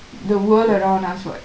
the world around us what